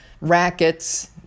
rackets